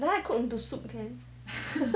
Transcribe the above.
then I cook into soup can